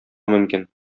мөмкин